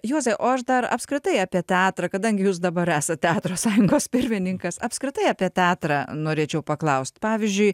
juozai o aš dar apskritai apie teatrą kadangi jūs dabar esą teatro sąjungos pirmininkas apskritai apie teatrą norėčiau paklaust pavyzdžiui